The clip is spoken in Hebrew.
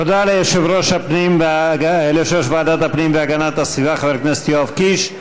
תודה ליושב-ראש ועדת הפנים והגנת הסביבה חבר הכנסת יואב קיש.